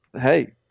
hey